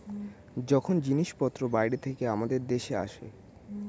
যখন জিনিসপত্র বাইরে থেকে আমাদের দেশে আসে